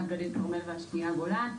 אחת בגליל כרמל והשנייה בגולן.